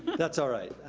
that's all right.